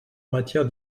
matière